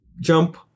jump